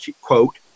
quote